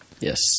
Yes